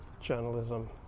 journalism